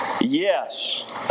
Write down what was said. yes